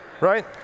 right